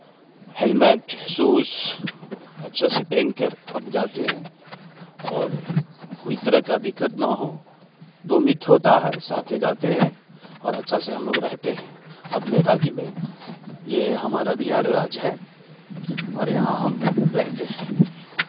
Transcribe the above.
helmet shoes अच्छा से पहन कर हम जाते हैं और कोई तरह का दिक्कत ना हो दो मित्र होता है साथ ही जाते हैं और अच्छा से हम लोग रहते हैं अपने राज्य में यह हमारा बिहार राज्य है और यहाँ हम रहते हैं